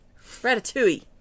Ratatouille